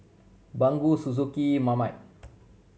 Baggu Suzuki Marmite